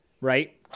right